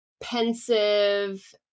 pensive